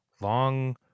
long